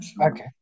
Okay